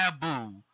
taboo